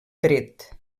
dret